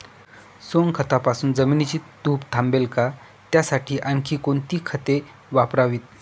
सोनखतापासून जमिनीची धूप थांबेल का? त्यासाठी आणखी कोणती खते वापरावीत?